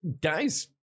guys